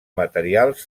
materials